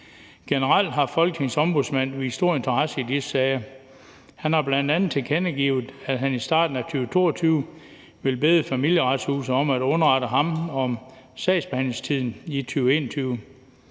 Generelt har Folketingets Ombudsmand vist stor interesse for de sager. Han har bl.a. tilkendegivet, at han i starten af 2022 vil bede Familieretshuset om at underrette ham om sagsbehandlingstiden i visse